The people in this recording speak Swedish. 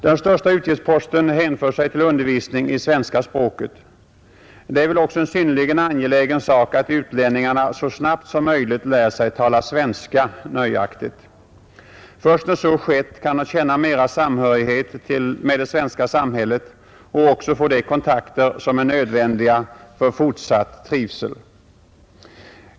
Den största utgiftsposten hänför sig till undervisningen i svenska språket. Det är väl också en synnerligen angelägen sak att utlänningarna så snabbt som möjligt lär sig tala svenska nöjaktigt. Först då så skett kan de känna mera samhörighet med det svenska samhället och även få de kontakter som är nödvändiga för fortsatt trivsel.